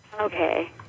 Okay